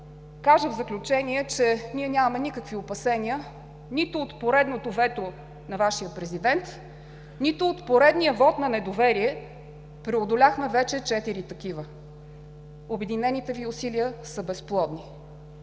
кажа в заключение, че ние нямаме никакви опасения нито от поредното вето на Вашия президент, нито от поредния вот на недоверие – преодоляхме вече четири такива. Обединените Ви усилия са безплодни.